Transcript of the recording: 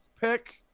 pick